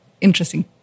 interesting